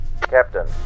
Captain